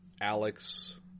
Alex